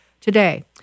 today